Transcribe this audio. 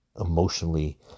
emotionally